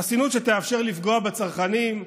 חסינות שתאפשר לפגוע בצרכנים,